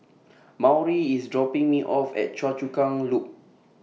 Maury IS dropping Me off At Choa Chu Kang Loop